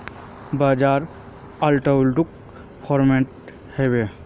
बाजार outlook fundamental हैवै?